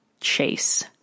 chase